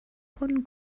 von